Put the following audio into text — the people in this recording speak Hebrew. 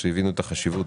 שהבינו את החשיבות,